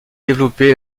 développés